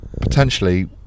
potentially